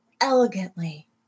elegantly